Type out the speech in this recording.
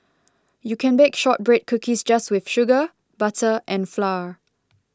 you can bake Shortbread Cookies just with sugar butter and flour